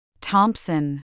Thompson